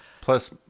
Plus